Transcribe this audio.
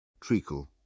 Treacle